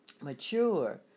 Mature